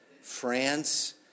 France